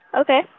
Okay